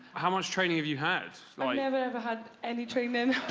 how much training have you had? i've never, ever had any training.